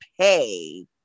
pay